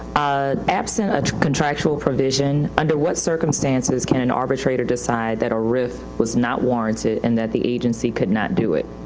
ah, absent a contractual provision, under what circumstances can an arbitrator decide that a rif was not warranted warranted and that the agency could not do it?